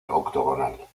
octogonal